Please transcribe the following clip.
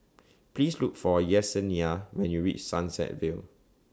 Please Look For Yessenia when YOU REACH Sunset Vale